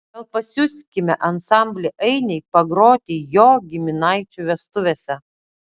gal pasiųskime ansamblį ainiai pagroti jo giminaičių vestuvėse